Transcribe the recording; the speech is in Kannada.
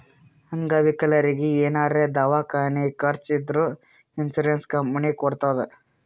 ಅಂಗವಿಕಲರಿಗಿ ಏನಾರೇ ದವ್ಕಾನಿ ಖರ್ಚ್ ಇದ್ದೂರ್ ಇನ್ಸೂರೆನ್ಸ್ ಕಂಪನಿ ಕೊಡ್ತುದ್